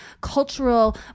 cultural